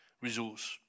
resource